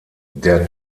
der